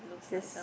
says